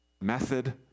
method